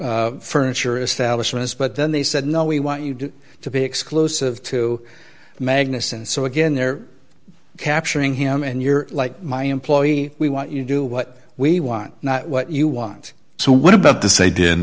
furniture establishment but then they said no we want you to be exclusive to magnus and so again they're capturing him and you're like my employee we want you do what we want not what you want so what about the